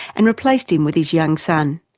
and replaced him with his young son.